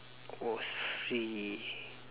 was free